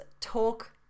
talk